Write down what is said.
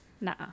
nah